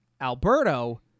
Alberto